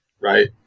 right